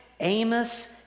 Amos